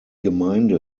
gemeinde